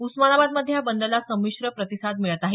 उस्मानाबाद मध्ये या बंदला संमिश्र प्रतिसाद मिळत आहे